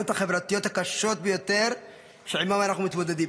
החברתיות הקשות ביותר שעימן אנו מתמודדים.